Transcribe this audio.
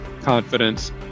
confidence